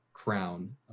crown